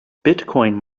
bitcoin